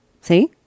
See